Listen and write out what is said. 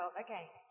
okay